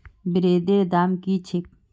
ब्रेदेर दाम की छेक